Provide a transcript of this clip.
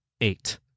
eight